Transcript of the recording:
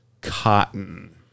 cotton